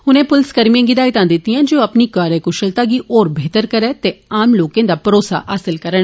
उने पुलसकर्मिए गी हिदायतां दितियां जे ओ अपनी कार्यकुशलता गी होर बेहतर करै ते आम लोकें दा भरोसा हासिल करन